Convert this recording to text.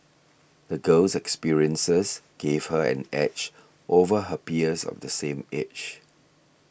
the girl's experiences gave her an edge over her peers of the same age